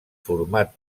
format